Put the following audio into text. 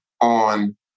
on